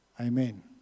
Amen